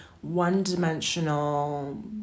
one-dimensional